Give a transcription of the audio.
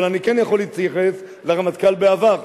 אבל אני כן יכול להתייחס לרמטכ"ל בעבר,